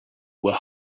were